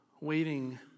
waiting